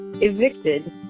evicted